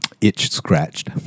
itch-scratched